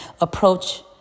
approach